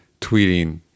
tweeting